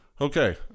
okay